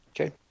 Okay